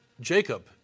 Jacob